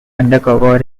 undercover